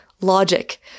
logic